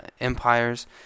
empires